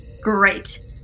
great